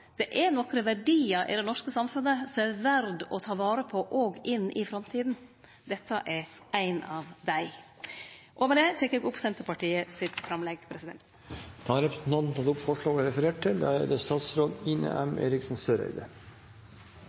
Det er nokre verdiar i det norske samfunnet som er verd å ta vare på òg i framtida. Dette er ein av dei. Med det tek eg opp Senterpartiets framlegg. Representanten Liv Signe Navarsete har tatt opp det forslaget hun refererte til. Det sies at språk er makt, og det